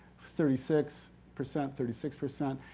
thirty six percent, thirty six percent,